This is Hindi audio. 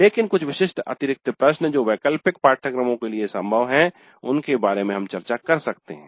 लेकिन कुछ विशिष्ट अतिरिक्त प्रश्न जो वैकल्पिक पाठ्यक्रमों के लिए संभव हैं - उनके बारे में हम चर्चा कर सकते हैं